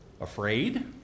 afraid